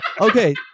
Okay